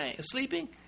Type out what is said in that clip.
sleeping